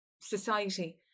society